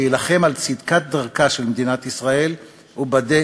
להילחם על צדקת דרכה של מדינת ישראל ובדה-לגיטימציה.